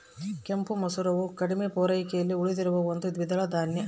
ಕೆಂಪು ಮಸೂರವು ಕಡಿಮೆ ಪೂರೈಕೆಯಲ್ಲಿ ಉಳಿದಿರುವ ಒಂದು ದ್ವಿದಳ ಧಾನ್ಯ